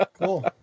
cool